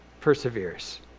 perseveres